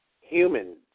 humans